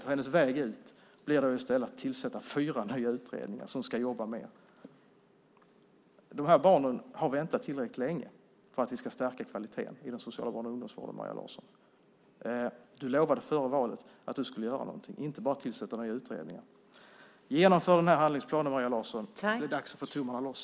Hennes väg ut blir då i stället att tillsätta fyra nya utredningar som ska jobba mer. Barnen har väntat tillräckligt länge på att vi ska stärka kvaliteten i den sociala barn och ungdomsvården, Maria Larsson. Du lovade före valet att göra något, inte bara tillsätta nya utredningar. Genomför handlingsplanen, Maria Larsson. Det är dags att få tummarna loss.